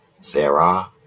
Sarah